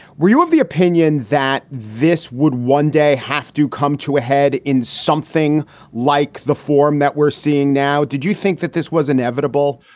were you of the opinion that this would one day have to come to a head in something like the form that we're seeing now? did you think that this was inevitable?